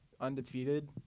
undefeated